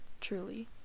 truly